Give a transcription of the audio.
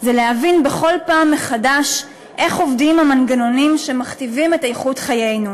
זה להבין בכל פעם מחדש איך עובדים המנגנונים שמכתיבים את איכות חיינו.